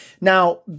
Now